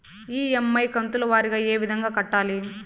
EMI కంతుల వారీగా ఏ విధంగా కట్టాలి